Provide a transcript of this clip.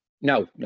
No